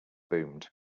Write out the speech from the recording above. boomed